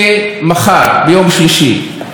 עם גזר דין של עשרה חודשים.